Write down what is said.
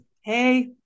hey